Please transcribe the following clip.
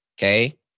okay